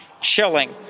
chilling